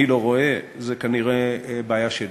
אני לא רואה, זו כנראה בעיה שלי.